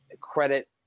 Credit